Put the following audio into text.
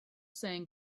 saying